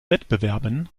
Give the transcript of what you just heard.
wettbewerben